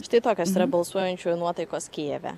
štai tokios yra balsuojančiųjų nuotaikos kijeve